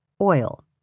oil